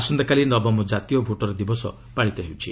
ଆସନ୍ତାକାଲି ନବମ ଜାତୀୟ ଭୋଟର ଦିବସ ପାଳିତ ହେଉଛି